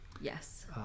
Yes